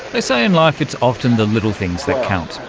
they say in life it's often the little things that count.